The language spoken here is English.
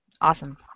awesome